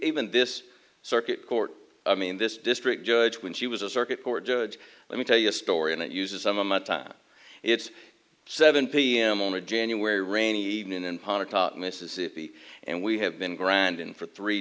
even this circuit court i mean this district judge when she was a circuit court judge let me tell you a story and it uses some of the time it's seven pm on a january rainy evening in pocket mississippi and we have been granted in for three